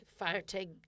farting